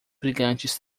brilhantes